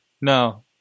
no